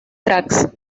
tracks